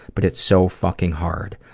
but it's so fucking hard.